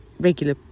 regular